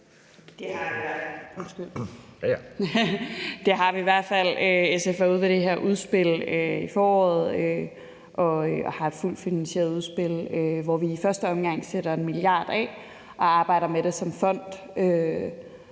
Det har vi i hvert fald. SF var ude med det her udspil i foråret, og det er et fuldt finansieret udspil, hvor vi i første omgang sætter 1 mia. kr. af og arbejder med det som fond.